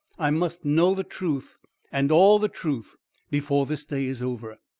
i must know the truth and all the truth before this day is over.